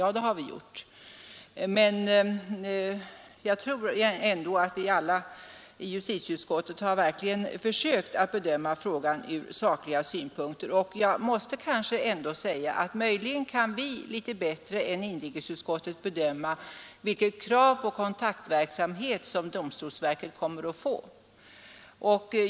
Ja, det har vi gjort, men jag tror att vi alla i justitieutskottet försökt att bedöma frågan sakligt. Möjligen kan vi litet bättre än inrikesutskottet bedöma vilka krav på kontaktverksamhet som domstolsverket kommer att få.